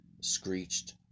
screeched